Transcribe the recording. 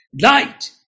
Light